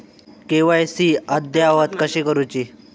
KYC अद्ययावत कशी करुची?